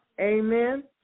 Amen